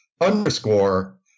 underscore